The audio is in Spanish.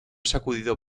sacudido